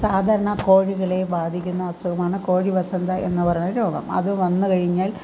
സാധാരണ കോഴികളെ ബാധിക്കുന്ന അസുഖമാണ് കോഴിവസന്ത എന്നു പറയുന്ന രോഗം അത് വന്നു കഴിഞ്ഞാൽ